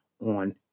on